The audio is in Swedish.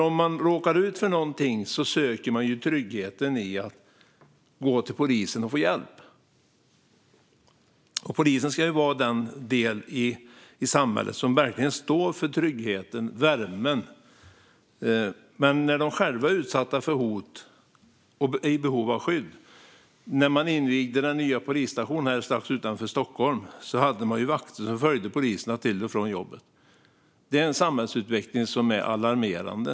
Om man råkar ut för något söker man ju tryggheten i att gå till polisen och få hjälp, och polisen ska vara den del i samhället som verkligen står för tryggheten och värmen. Men nu är de själva utsatta för hot och i behov av skydd. När man invigde den nya polisstationen strax utanför Stockholm hade man vakter som följde poliserna till och från jobbet. Det är en samhällsutveckling som är alarmerande.